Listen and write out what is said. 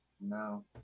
no